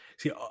See